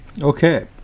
Okay